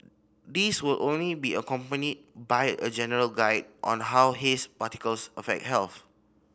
these will only be accompanied by a general guide on how haze particles affect health